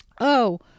Oh